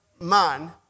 man